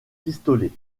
pistolet